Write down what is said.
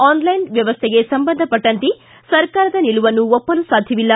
online ವ್ಯವಸೈಗೆ ಸಂಬಂಧಪಟ್ಟಂತೆ ಸರ್ಕಾರದ ನಿಲುವನ್ನು ಒಪ್ಪಲು ಸಾಧ್ಯವಿಲ್ಲ